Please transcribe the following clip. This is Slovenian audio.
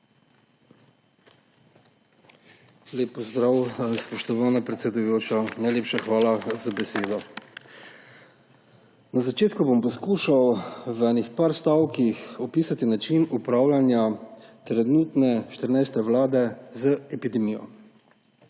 Lep pozdrav! Spoštovana predsedujoča, najlepša hvala za besedo. Na začetku bom poskušal v nekaj stavkih opisati način upravljanja trenutne 14. vlade z epidemijo.